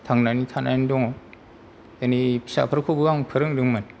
थांनानै थानानै दङ आंनि फिसाफोरखौबो आं फोरोंदोंमोन